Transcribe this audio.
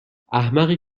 احمقی